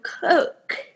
cook